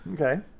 Okay